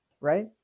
right